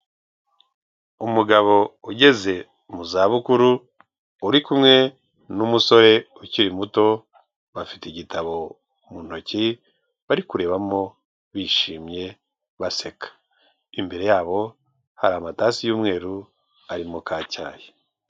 Umugabo ugeze mu za bukuru uri kumwe n'umusore ukiri muto, bafite igitabo mu ntoki bari kurebamo bishimye baseka, imbere yabo hari amatasi y'umweru arimo ka cyayi.